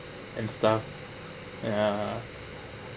and stuff ya